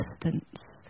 distance